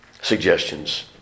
suggestions